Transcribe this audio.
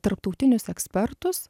tarptautinius ekspertus